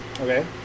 Okay